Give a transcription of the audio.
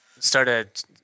started